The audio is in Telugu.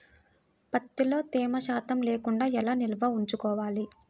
ప్రత్తిలో తేమ శాతం లేకుండా ఎలా నిల్వ ఉంచుకోవాలి?